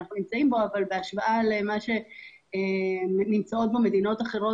אבל בהשוואה למדינות אחרות,